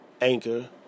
Anchor